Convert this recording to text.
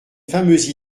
fameuse